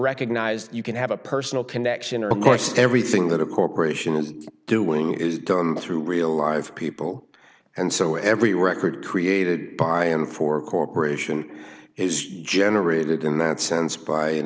recognized you can have a personal connection or of course everything that a corporation is doing is done through real live people and so every record created by and for a corporation is generated in that sense by an